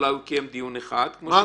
אולי הוא קיים דיון אחד כמו שאמרנו,